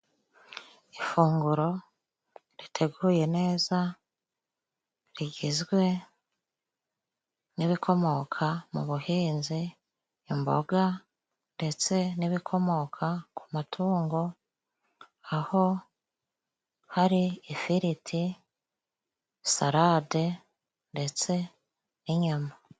Ifunguro riteguye neza, rigizwe n'ibikomoka mu buhinzi, imboga, ndetse n'ibikomoka ku matungo, aho hari ifiriti, salade, ndetse n'inyama.